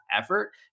effort